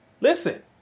listen